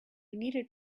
needed